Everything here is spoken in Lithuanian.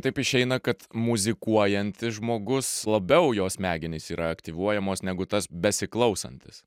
taip išeina kad muzikuojantis žmogus labiau jo smegenys yra aktyvuojamos negu tas besiklausantis